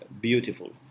beautiful